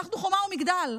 אנחנו חומה ומגדל,